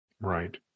Right